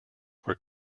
were